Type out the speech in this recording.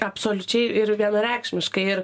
absoliučiai ir vienareikšmiškai ir